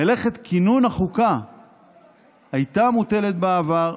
מלאכת כינון החוקה הייתה מוטלת בעבר,